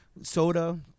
soda